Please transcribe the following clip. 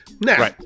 now